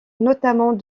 notamment